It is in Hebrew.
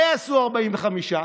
מה יעשו 45?